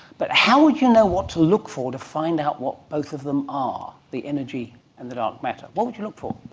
but how would you know what to look for to find out what both of them are, the energy and the dark matter? what would you look for?